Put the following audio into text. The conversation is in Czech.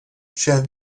šéf